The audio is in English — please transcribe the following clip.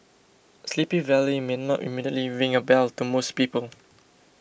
Sleepy Valley may not immediately ring a bell to most people